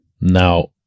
Now